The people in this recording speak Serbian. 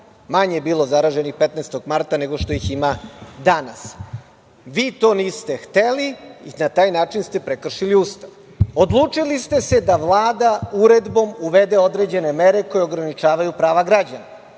Manje je bilo zaraženih 15. marta nego što ih ima danas. Vi to niste hteli i na taj način ste prekršili Ustav. Odlučili ste se da Vlada uredbom uvede određene mere koje ograničavaju prava građana.